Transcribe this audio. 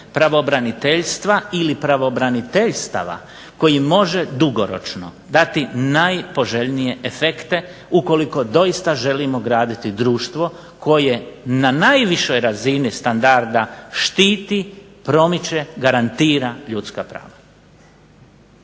pravobraniteljstva ili pravobraniteljstava koji može dugoročno dati najpoželjnije efekte ukoliko doista želimo graditi društvo koje na najvišoj razini standarda štiti, promiče, garantira ljudska prava.